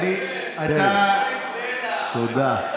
תודה.